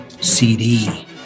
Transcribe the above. cd